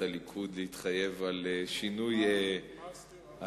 הליכוד להתחייב על שינוי ההתנהלות,